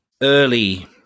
early